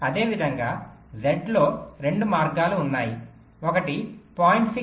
అదేవిధంగా z లో 2 మార్గాలు ఉన్నాయి ఒకటి 0